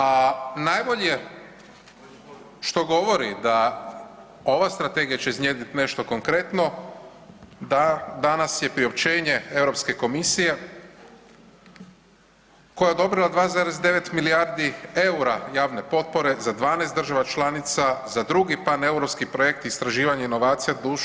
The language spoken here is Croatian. A najbolje što govori da ova strategija će iznjedriti nešto konkretno da danas je priopćenje Europske komisije koja je odobrila 2,9 milijardi EUR-a javne potpore za 12 država članica za drugi Paneuropski projekt istraživanje inovacije duž